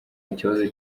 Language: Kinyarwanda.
ikibazo